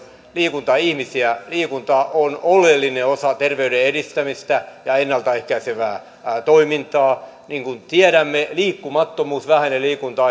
liikuntaihmisiä on oleellinen osa terveyden edistämistä ja ennalta ehkäisevää toimintaa niin kuin tiedämme liikkumattomuus ja vähäinen liikunta